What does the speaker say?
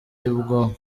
y’ubwonko